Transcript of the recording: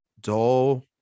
dull